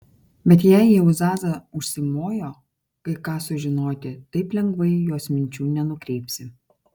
bet jei jau zaza užsimojo kai ką sužinoti taip lengvai jos minčių nenukreipsi